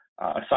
aside